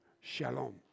Shalom